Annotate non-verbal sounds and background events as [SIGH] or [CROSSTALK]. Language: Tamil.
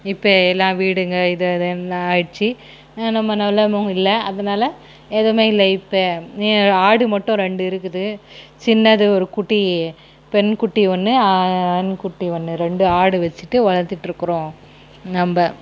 இப்போ எல்லாம் வீடுங்க இது அதுன்னு ஆகிடுச்சி நம்ம நல்ல [UNINTELLIGIBLE] அதனால் எதுவுமே இல்லை இப்போ ஆடு மட்டும் ரெண்டு இருக்குது சின்னது ஒரு குட்டி பெண் குட்டி ஒன்று ஆண் குட்டி ஒன்று ரெண்டு ஆடு வெச்சிட்டு வளர்த்துட்ருக்குறோம் நம்ம